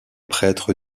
prêtres